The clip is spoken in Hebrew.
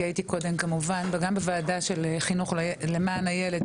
כי הייתי קודם כמובן גם בוועדה של חינוך למען הילד,